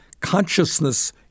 consciousness